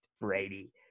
Brady